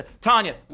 Tanya